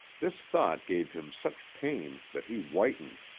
this thought gave him such pain that he whitened.